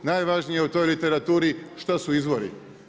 Najvažnije je u toj literaturi, što su izvori.